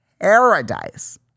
paradise